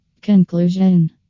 Conclusion